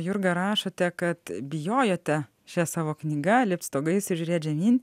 jurga rašote kad bijojote šia savo knyga lipt stogais ir žiūrėt žemyn